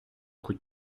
coup